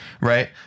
right